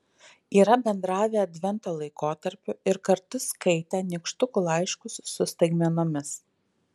yra bendravę advento laikotarpiu ir kartu skaitę nykštukų laiškus su staigmenomis